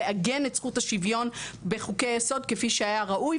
לעגן את זכות השוויון בחוקי היסוד כפי שהיה ראוי,